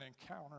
encounter